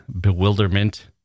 bewilderment